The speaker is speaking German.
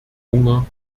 hunger